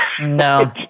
No